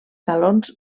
galons